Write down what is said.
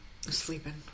sleeping